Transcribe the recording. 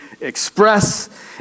Express